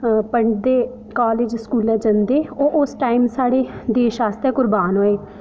पढ़दे कालज स्कूलै जंदे ओह् उस टाईम साढ़े देश आस्तै कुर्बान होए